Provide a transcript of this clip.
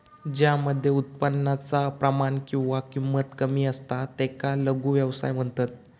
ज्या मध्ये उत्पादनाचा प्रमाण किंवा किंमत कमी असता त्याका लघु व्यवसाय म्हणतत